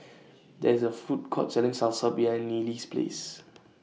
There IS A Food Court Selling Salsa behind Neely's Place